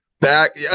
back